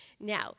Now